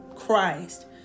Christ